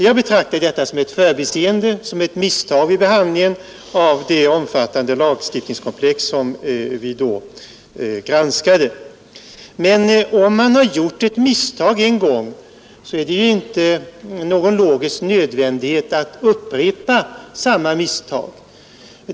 Jag betraktar detta som ett förbiseende, som ett misstag vid behandlingen av det omfattande lagstiftningskomplex som vi då granskade. Men om man har gjort ett misstag en gång, är det ju inte logiskt nödvändigt att upprepa samma misstag.